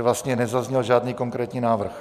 Takže vlastně nezazněl žádný konkrétní návrh.